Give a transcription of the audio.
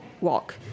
walk